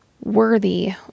worthy